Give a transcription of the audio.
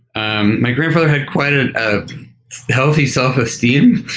um my grandfather had quite a ah healthy self-esteem.